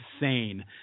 insane